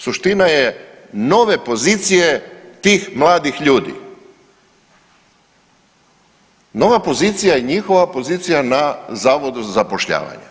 Suština je nove pozicije tih mladih ljudi, nova pozicija i njihova pozicija na Zavodu za zapošljavanje.